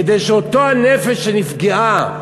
כדי שאותה נפש שנפגעה,